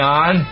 on